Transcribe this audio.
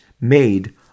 made